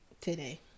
Today